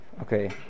Okay